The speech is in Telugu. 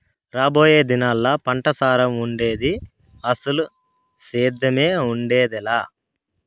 రాబోయే దినాల్లా పంటసారం ఉండేది, అసలు సేద్దెమే ఉండేదెలా